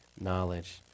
knowledge